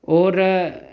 और